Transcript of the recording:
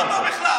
לא יעזור לך.